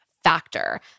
Factor